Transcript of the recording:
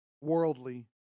worldly